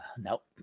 Nope